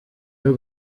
y’u